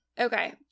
Okay